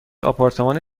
آپارتمان